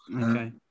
Okay